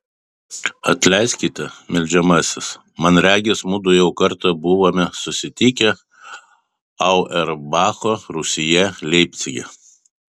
atleiskite meldžiamasis man regis mudu jau kartą buvome susitikę auerbacho rūsyje leipcige